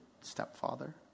stepfather